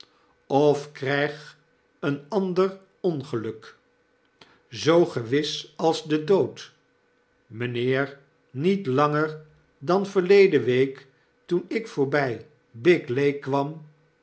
of kryg een ander ongeluk zoo gewis als de dood mynheer niet langer dan verleden week toen ik voorby big lake kwam